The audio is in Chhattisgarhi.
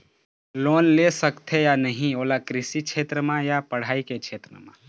लोन ले सकथे या नहीं ओला कृषि क्षेत्र मा या पढ़ई के क्षेत्र मा?